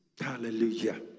Hallelujah